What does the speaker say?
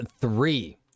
three